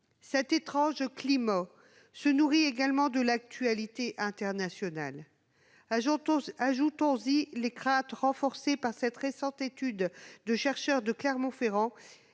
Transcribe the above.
Cet étrange climat se nourrit également de l'actualité internationale. Ajoutons-y les craintes renforcées par la récente étude de chercheurs de Clermont-Ferrand